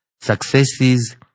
successes